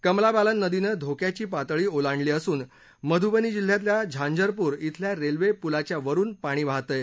कमला बालन नदीनं धोक्याची पातळी ओलांडली असून मधुबनी जिल्ह्यातल्या झांझरपूर इथल्या रेल्वेपूलावरून पाणी वाहत आहे